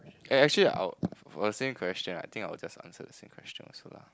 eh actually I'll for the same question right I think I'll just answer the same question also lah